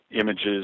images